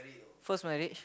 first right